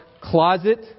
closet